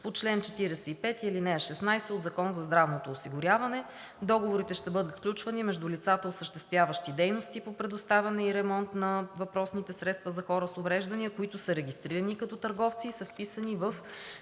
по чл. 45, ал. 16 от Закона за здравното осигуряване. Договорите ще бъдат сключвани между лицата, осъществяващи дейности по предоставяне и ремонт на въпросните средства за хора с увреждания, които са регистрирани като търговци и са вписани в